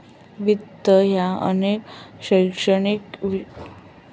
वित्त ह्या अनेक शैक्षणिक विषयांमध्ये अभ्यासला जाता